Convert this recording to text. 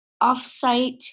off-site